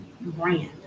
brand